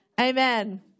Amen